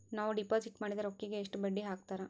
ನಾವು ಡಿಪಾಸಿಟ್ ಮಾಡಿದ ರೊಕ್ಕಿಗೆ ಎಷ್ಟು ಬಡ್ಡಿ ಹಾಕ್ತಾರಾ?